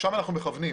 לשם אנחנו מכוונים.